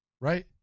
right